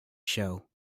show